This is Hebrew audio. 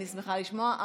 אני שמחה לשמוע.